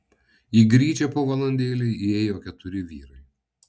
į gryčią po valandėlei įėjo keturi vyrai